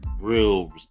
real